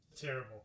terrible